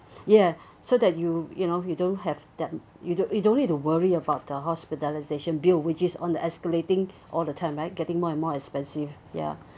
ya so that you you know you don't have that you don't you don't need to worry about the hospitalisation bill which is on the escalating all the time right getting more and more expensive ya